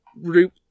root